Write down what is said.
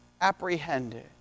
apprehended